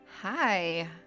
Hi